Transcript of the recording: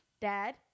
Dad